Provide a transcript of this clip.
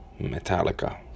Metallica